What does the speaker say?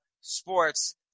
sports